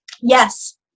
yes